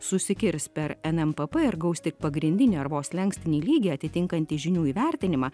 susikirs per nmpp ir gaus tik pagrindinį ar vos slenkstinį lygį atitinkantį žinių įvertinimą